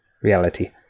Reality